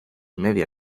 media